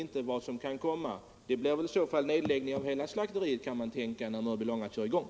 Konsekvensen av satsningen på slakteriet i Mörbylånga blir möjligen att hela Ivo Food får läggas ner, när det nya slakteriet kör i gång.